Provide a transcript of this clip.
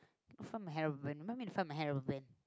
go find my hair rubber band remind me to find my hair rubber band